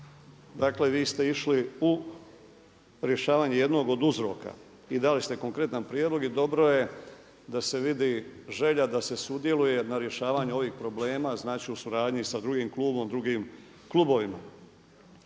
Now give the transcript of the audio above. Dakle vi ste išli u rješavanje jednog od uzroka i dali ste konkretan prijedlog i dobro je da se vidi želja da se sudjeluje na rješavanju ovih problema u suradnji sa drugim klubom, drugim klubovima.